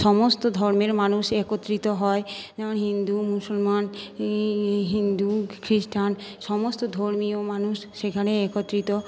সমস্ত ধর্মের মানুষ একত্রিত হয় অ হিন্দু মুসলমান এইই হিন্দু খ্রীস্টান সমস্ত ধর্মীয় মানুষ সেখানে একত্রিত